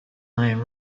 line